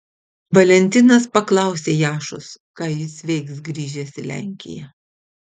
valentinas paklausė jašos ką jis veiks grįžęs į lenkiją